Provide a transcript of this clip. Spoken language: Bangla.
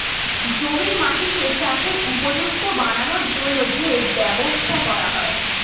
জমির মাটিকে চাষের উপযুক্ত বানানোর জন্যে যে ব্যবস্থা করা হয়